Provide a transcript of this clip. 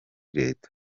leta